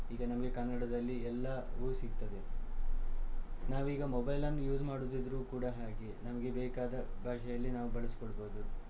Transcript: ಈಗ ನಮಗೆ ಕನ್ನಡದಲ್ಲಿ ಎಲ್ಲವು ಸಿಗ್ತದೆ ನಾವೀಗ ಮೊಬೈಲನ್ನು ಯೂಸ್ ಮಾಡೋದಿದ್ರೂ ಕೂಡ ಹಾಗೆ ನಮಗೆ ಬೇಕಾದ ಭಾಷೆಯಲ್ಲಿ ನಾವು ಬಳಸಿಕೊಳ್ಬೋದು